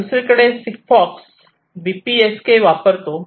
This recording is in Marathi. दुसरीकडे सिग्फॉक्स बीपीएसके वापरतो